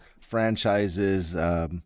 franchises –